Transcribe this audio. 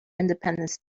independence